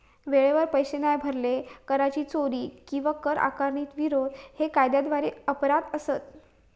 वेळेवर पैशे नाय भरले, कराची चोरी किंवा कर आकारणीक विरोध हे कायद्याद्वारे अपराध असत